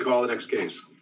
call the next case